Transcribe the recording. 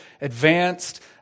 advanced